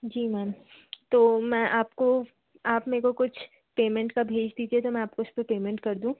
जी ma'am तो मैं आपको आप मे को कुछ पेमेंट का भेज दीजिए तो मैं आपको उसपे पेमेंट कर दूँ